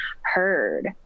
heard